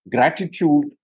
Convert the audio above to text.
Gratitude